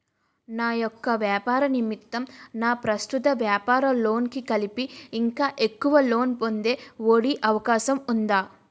నా యెక్క వ్యాపార నిమిత్తం నా ప్రస్తుత వ్యాపార లోన్ కి కలిపి ఇంకా ఎక్కువ లోన్ పొందే ఒ.డి అవకాశం ఉందా?